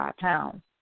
pounds